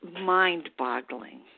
mind-boggling